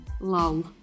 Lol